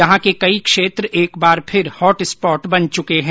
यहां के कई क्षेत्र एक बार फिर हॉटस्पॉट बन चुके हैं